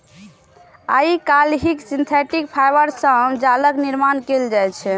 आइकाल्हि synthetic fibre सं जालक निर्माण होइ छै